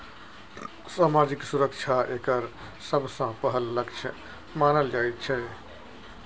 सामाजिक सुरक्षा एकर सबसँ पहिल लक्ष्य मानल जाइत छै